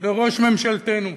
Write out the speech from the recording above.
לראש ממשלתנו.